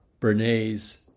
Bernays